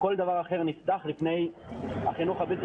כל דבר אחר נפתח לפני החינוך הבלתי